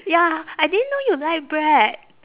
ya I didn't know you like bread